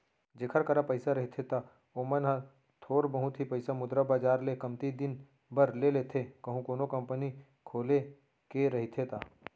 जेखर करा पइसा रहिथे त ओमन ह थोर बहुत ही पइसा मुद्रा बजार ले कमती दिन बर ले लेथे कहूं कोनो कंपनी खोले के रहिथे ता